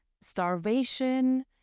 starvation